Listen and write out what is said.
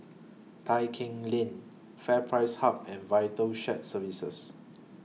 Tai Keng Lane FairPrice Hub and Vital Shared Services